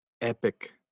epic